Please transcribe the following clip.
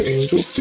Angel